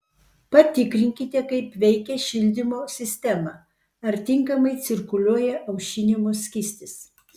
patikrinkite kaip veikia šildymo sistema ar tinkamai cirkuliuoja aušinimo skystis